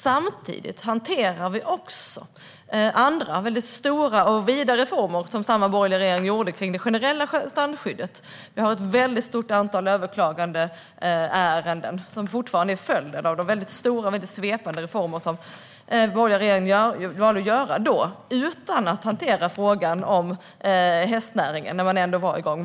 Samtidigt hanterar vi andra stora och vida reformer som samma borgerliga regering genomförde när det gäller det generella strandskyddet. Vi har ett mycket stort antal överklagandeärenden som fortfarande är en följd av de mycket stora och svepande reformer som den borgerliga regeringen valde att genomföra utan att hantera frågan om hästnäringen, när man ändå var igång.